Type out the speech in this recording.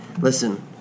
listen—